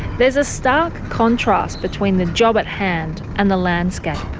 there is a stark contrast between the job at hand and the landscape.